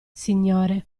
signore